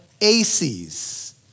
aces